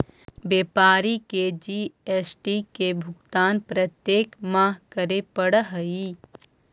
व्यापारी के जी.एस.टी के भुगतान प्रत्येक माह करे पड़ऽ हई